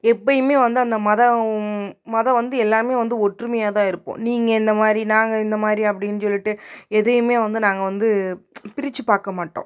எப்பையுமே வந்து அந்த மதம் மதம் வந்து எல்லாமே வந்து ஒற்றுமையாக தான் இருப்போம் நீங்கள் இந்த மாதிரி நாங்கள் இந்த மாதிரி அப்டின்னு சொல்லிட்டு எதையுமே வந்து நாங்கள் வந்து பிரிச்சு பார்க்க மாட்டோம்